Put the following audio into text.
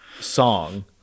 song